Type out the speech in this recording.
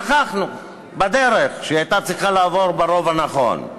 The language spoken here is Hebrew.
שכחנו בדרך שהיא הייתה צריכה לעבור ברוב הנכון.